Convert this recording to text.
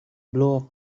blow